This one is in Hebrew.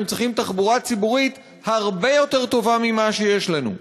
אנחנו צריכים תחבורה ציבורית הרבה יותר טובה ממה שיש לנו,